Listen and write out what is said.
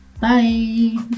bye